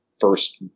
first